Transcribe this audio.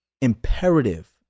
imperative